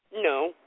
No